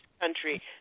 country